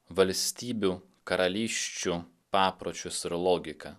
valstybių karalysčių papročius ir logiką